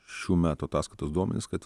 šių metų ataskaitos duomenis kad